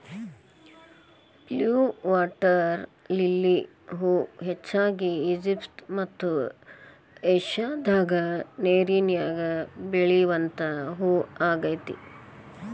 blue water lily ಹೂ ಹೆಚ್ಚಾಗಿ Egypt ಮತ್ತ ಏಷ್ಯಾದಾಗ ನೇರಿನ್ಯಾಗ ಬೆಳಿವಂತ ಹೂ ಆಗೇತಿ